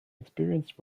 experienced